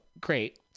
great